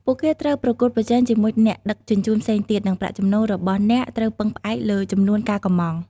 ពួកគេត្រូវប្រកួតប្រជែងជាមួយអ្នកដឹកជញ្ជូនផ្សេងទៀត និងប្រាក់ចំណូលរបស់អ្នកត្រូវពឹងផ្អែកលើចំនួនការកម្ម៉ង់។